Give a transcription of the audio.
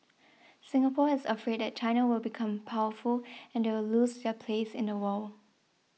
Singapore is afraid that China will become powerful and they will lose their place in the world